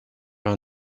our